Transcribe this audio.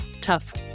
tough